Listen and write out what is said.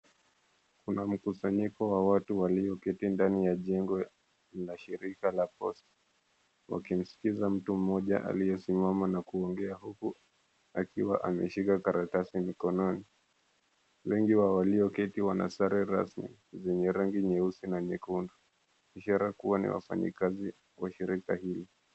Kuna mkusanyiko wa watu walioketi ndani ya jengo la shirika la Posta, wakimsikiza mtu mmoja aliyesimama, huku akiwa ameshika karatasi mikononi. Wengi wa walioketi wana sare rasmi zenye rangi nyeusi na nyekundu, ishara kuwa ni wafanyikazi wa shirika hili.